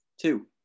Two